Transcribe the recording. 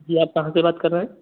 जी आप कहाँ से बात कर रहे हैं